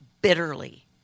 bitterly